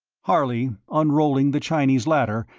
harley, unrolling the chinese ladder,